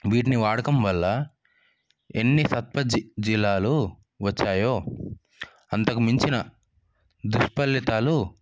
వీటిని వాడడం వల్ల ఎన్ని సత్ప జి జిలాలు వచ్చాయో అంతకుమించిన దుష్ఫలితాలు